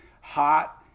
hot